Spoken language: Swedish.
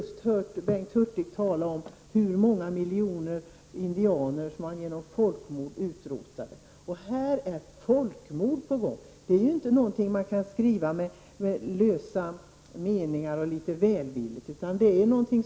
Vi hörde nyss Bengt Hurtig tala om de många miljoner indianer som utrotades genom folkmord. Också i Turkiet är ett folkmord på gång. Detta kan man inte kommentera med lösa, välvilliga formuleringar.